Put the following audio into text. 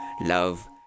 love